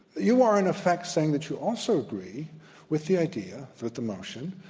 you are in effect saying that you also agree with the idea that the motion,